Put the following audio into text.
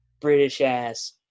British-ass